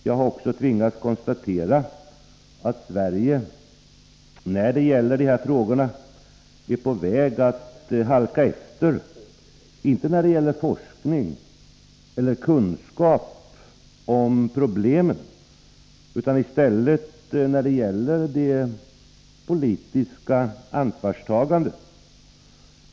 Jag har också tvingats konstatera att Sverige i de här frågorna är på väg att halka efter, inte när det gäller forskning eller kunskap om problemen utan i stället när det gäller det politiska ansvarstagandet.